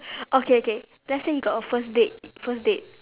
okay okay let's say you got a first date first date